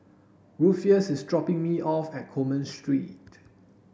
rufus is dropping me off at Coleman Street